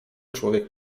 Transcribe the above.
człowiek